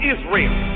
Israel